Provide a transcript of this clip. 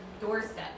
doorstep